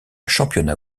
championnat